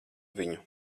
viņu